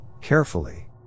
carefully